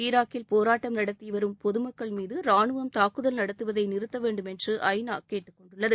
ஈராக்கில் போராட்டம் நடத்திய வரும் பொதுமக்கள்மீது ரானுவம் தாக்குதல் நடத்துவதை நிறுத்த வேண்டும் என்று ஐநா சபை கேட்டுக் கொண்டுள்ளது